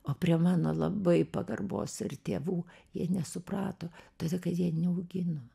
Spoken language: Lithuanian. o prie mano labai pagarbos ir tėvų jie nesuprato todėl kad jie neaugino